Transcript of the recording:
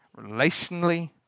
relationally